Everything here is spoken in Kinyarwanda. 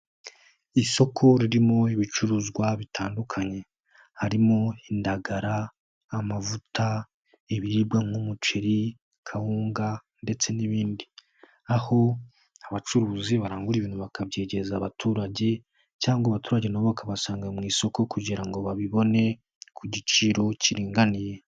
Isoko ririmo ibicuruzwa bitandukanye harimo indagara, amavuta, ibibiriribwa nk'umuceri, kawunga ndetse n'ibindi, aho abacuruzi barangurarira ibintu bakabyegereza abaturage cyangwa abaturage nabo bakabasanga mu isoko kugira ngo babibone ku giciro kiringaniye.